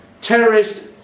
terrorist